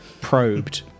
probed